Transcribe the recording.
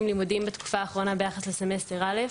לימודיים בתקופה האחרונה ביחס לסמסטר א'?"